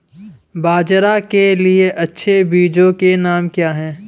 बाजरा के लिए अच्छे बीजों के नाम क्या हैं?